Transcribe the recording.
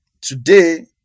today